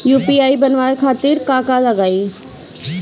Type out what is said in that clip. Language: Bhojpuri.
यू.पी.आई बनावे खातिर का का लगाई?